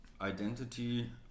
identity